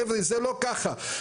חבר'ה, זה לא ככה.